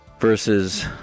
versus